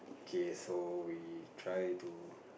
okay so we try to